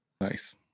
Nice